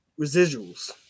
residuals